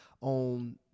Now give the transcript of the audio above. on